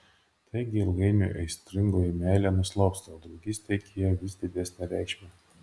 taigi ilgainiui aistringoji meilė nuslopsta o draugystė įgyja vis didesnę reikšmę